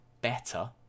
better